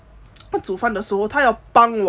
then 煮饭的时候他要帮我